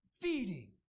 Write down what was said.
feeding